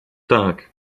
tak